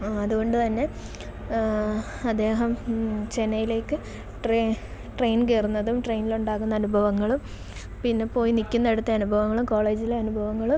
ആ അതുകൊണ്ടു തന്നെ അദ്ദേഹം ചെന്നൈയിലേക്ക് ട്രെയിൻ ട്രെയിൻ കയറുന്നതും ട്രെയിനിലുണ്ടാകുന്നനുഭവങ്ങളും പിന്നെ പോയി നിൽക്കുന്നിടത്തെ അനുഭവങ്ങളും കോളേജിലെ അനുഭവങ്ങളും